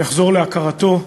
יחזור להכרתו,